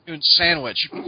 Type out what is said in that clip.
sandwich